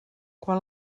quan